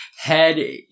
head